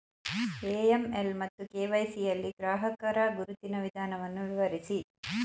AML ಮತ್ತು KYC ಯಲ್ಲಿ ಗ್ರಾಹಕರ ಗುರುತಿನ ವಿಧಾನವನ್ನು ವಿವರಿಸಿ?